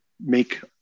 make